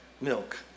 Milk